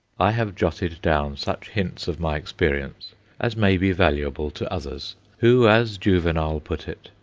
i have jotted down such hints of my experience as may be valuable to others, who, as juvenal put it,